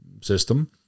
system